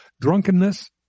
drunkenness